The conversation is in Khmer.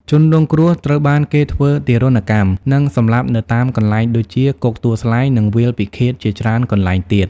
ជនរងគ្រោះត្រូវបានគេធ្វើទារុណកម្ម និងសម្លាប់នៅតាមកន្លែងដូចជា គុកទួលស្លែង និងវាលពិឃាតជាច្រើនកន្លែងទៀត។